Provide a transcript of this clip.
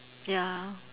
ya